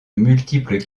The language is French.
multiples